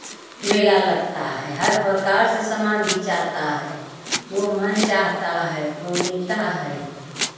मेला लगता है हर प्रकार से सामान भी चाहता है जो मन चाहता है वह लेता है